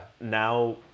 Now